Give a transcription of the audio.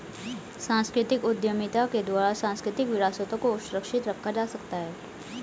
सांस्कृतिक उद्यमिता के द्वारा सांस्कृतिक विरासतों को सुरक्षित रखा जा सकता है